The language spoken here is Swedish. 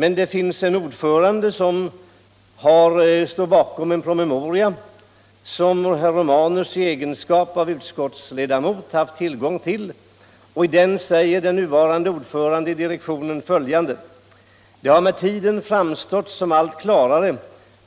Ja, det må vara sant men ordföranden i allmänna barnhusets direktion står bakom en promemoria som herr Romanus i egenskap av utskottsledamot haft tillgång till och där det bl.a. framhålls: ”Det har med tiden framstått som allt klarare